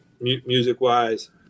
music-wise